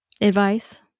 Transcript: Advice